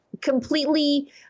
completely